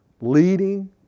leading